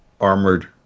armored